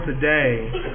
today